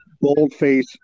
boldface